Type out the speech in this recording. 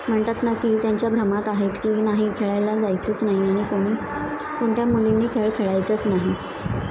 म्हणतात ना की त्यांच्या भ्रमात आहेत की नाही खेळायला जायचंच नाही आणि कोणी कोणत्या मुलींनी खेळ खेळायचंच नाही